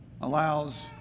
allows